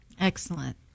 Excellent